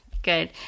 Good